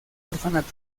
orfanato